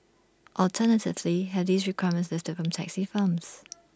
alternatively have these requirements lifted from taxi firms